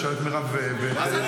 תשאל את מירב ואת אופיר כץ.